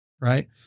right